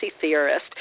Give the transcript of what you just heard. theorist